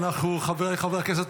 חבריי חברי הכנסת,